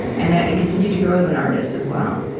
and ah and continued to grow as an artist, as well?